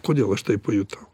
kodėl aš tai pajutau